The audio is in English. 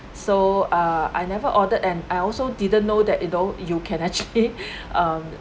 so uh I never ordered and I also didn't know that you know you can actually um